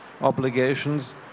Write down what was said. obligations